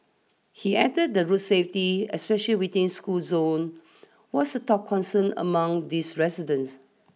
he added that road safety especially within school zone was the top concern among this residents